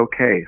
okay